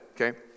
okay